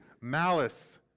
malice